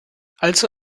also